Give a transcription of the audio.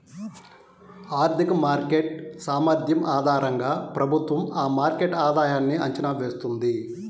ఆర్థిక మార్కెట్ సామర్థ్యం ఆధారంగా ప్రభుత్వం ఆ మార్కెట్ ఆధాయన్ని అంచనా వేస్తుంది